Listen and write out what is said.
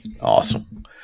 Awesome